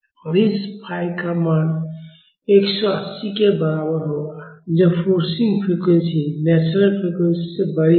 और इस phiφ का मान 180 के बराबर होगा जब फोर्सिंग फ्रीक्वेंसी नेचुरल फ्रीक्वेंसी से बड़ी हो